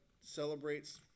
celebrates